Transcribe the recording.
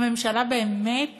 הממשלה באמת